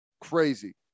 Crazy